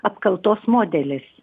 apkaltos modelis